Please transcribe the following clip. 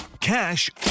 Cash